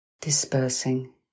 dispersing